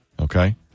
Okay